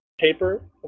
Paper